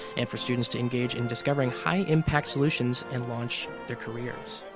and for students to engage in discovering high-impact solutions and launch their careers.